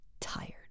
tired